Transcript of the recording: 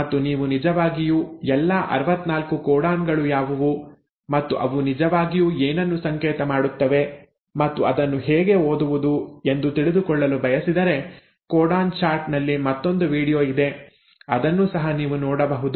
ಮತ್ತು ನೀವು ನಿಜವಾಗಿಯೂ ಎಲ್ಲಾ 64 ಕೋಡಾನ್ ಗಳು ಯಾವುವು ಮತ್ತು ಅವು ನಿಜವಾಗಿಯೂ ಏನನ್ನು ಸಂಕೇತ ಮಾಡುತ್ತವೆ ಮತ್ತು ಅದನ್ನು ಹೇಗೆ ಓದುವುದು ಎಂದು ತಿಳಿದುಕೊಳ್ಳಲು ಬಯಸಿದರೆ ಕೋಡಾನ್ ಚಾರ್ಟ್ ನಲ್ಲಿ ಮತ್ತೊಂದು ವೀಡಿಯೊ ಇದೆ ಅದನ್ನೂ ಸಹ ನೀವು ನೋಡಬಹುದು